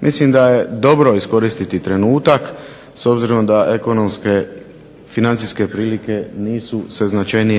mislim da je dobro iskoristiti trenutak s obzirom da se značajnije financijske prilike nisu se